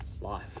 life